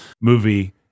movie